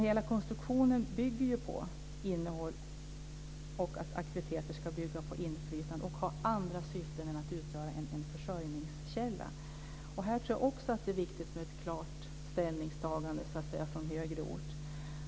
Hela konstruktionen bygger ju på innehåll och på att aktiviteter ska bygga på inflytande och ha andra syften än att utgöra en försörjningskälla. Här tror jag också att det är viktigt med ett klart ställningstagande från högre ort så att säga.